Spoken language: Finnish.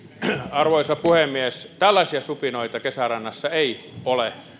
arvoisa puhemies tällaisia supinoita kesärannassa ei ole